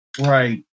Right